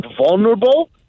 vulnerable